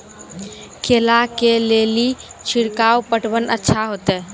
केला के ले ली छिड़काव पटवन अच्छा होते?